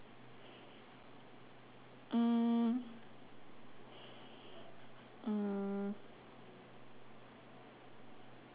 mm mm